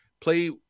play